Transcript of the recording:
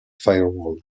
firewall